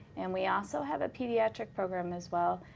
and we also have a pediatric program as well.